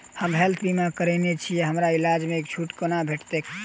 हम हेल्थ बीमा करौने छीयै हमरा इलाज मे छुट कोना भेटतैक?